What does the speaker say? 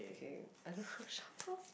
okay I don't know how to shuffle